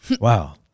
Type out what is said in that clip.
Wow